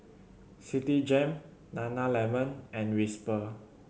Citigem Nana Lemon and Whisper